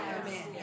Amen